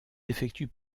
effectuent